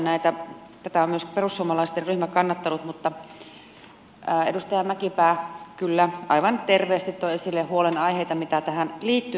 tätä on myös perussuomalaisten ryhmä kannattanut mutta edustaja mäkipää kyllä aivan terveesti toi esille huolenaiheita mitä tähän liittyy